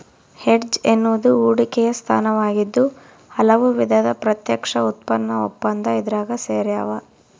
hedge ಎನ್ನುವುದು ಹೂಡಿಕೆಯ ಸ್ಥಾನವಾಗಿದ್ದು ಹಲವು ವಿಧದ ಪ್ರತ್ಯಕ್ಷ ಉತ್ಪನ್ನ ಒಪ್ಪಂದ ಇದ್ರಾಗ ಸೇರ್ಯಾವ